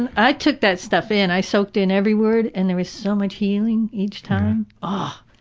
and i took that stuff in. i soaked in every word and there was so much healing each time. ahhhh!